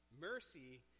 Mercy